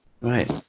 right